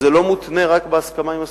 זה לא מותנה רק בהסכמה עם הסטודנטים,